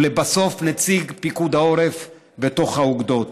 ולבסוף: נציג פיקוד העורף בתוך האוגדות.